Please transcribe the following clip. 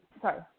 sorry